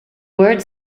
word